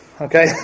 Okay